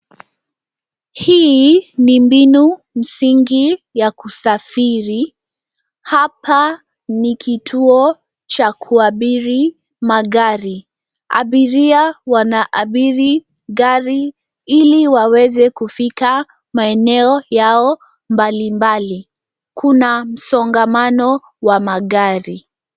Hii ni mbinu msingi ya kusafiri. Hapa ni kituo cha kuabiri magari abiria wanaabiri gari ili waweze kufika maeneo yao mbalimbali. Kuna msongamano wa magari.